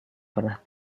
pernah